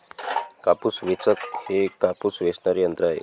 कापूस वेचक हे एक कापूस वेचणारे यंत्र आहे